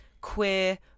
queer